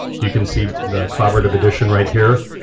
you can see the collaborative edition right here.